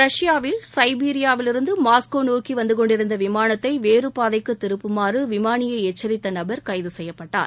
ரஷ்யாவில் சைபீரியாவிலிருந்து மாஸ்கோ நோக்கி வந்தகொண்டிருந்த விமானத்தை வேறுபாதைக்கு திருப்புமாறு விமானியை எச்சரித்த நபர் கைது செய்யப்பட்டார்